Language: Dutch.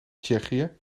tsjechië